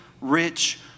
rich